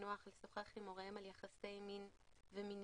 בנוח לשוחח עם הוריהם על יחסי מין ומיניות,